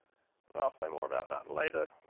um i'll say more about that later.